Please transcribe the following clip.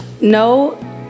no